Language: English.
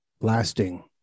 lasting